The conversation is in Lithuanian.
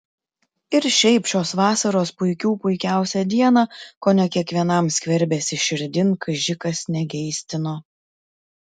ir šiaip šios vasaros puikių puikiausią dieną kone kiekvienam skverbėsi širdin kaži kas negeistino